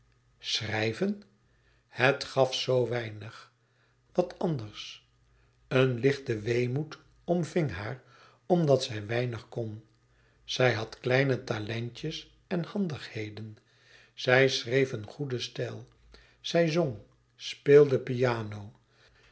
schrijven het gaf zoo weinig wat anders een lichte weemoed omving haar omdat zij weinig kon zij had kleine talentjes en handigheden zij schreef een goeden stijl zij zong speelde piano